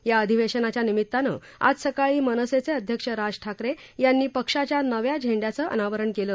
या अधिवेशनाच्या निमित्तानं आज सकाळी मनसेचे अध्यक्ष राज ठाकरे यांनी पक्षाच्या नव्या झेंड़याचं अनावरण केलं